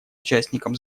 участникам